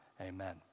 Amen